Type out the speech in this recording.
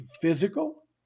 physical